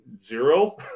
zero